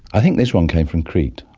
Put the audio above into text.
i think this one came from crete,